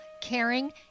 caring